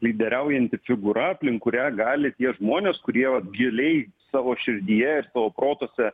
lyderiaujanti figūra aplink kurią gali tie žmonės kurie vat giliai savo širdyje ir savo protuose